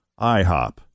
IHOP